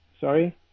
sorry